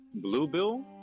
Bluebill